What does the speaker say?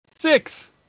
Six